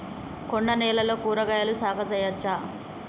కొండ నేలల్లో కూరగాయల సాగు చేయచ్చా?